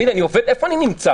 תגיד לי, איפה אני נמצא?